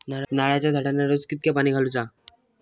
नारळाचा झाडांना रोज कितक्या पाणी घालुचा?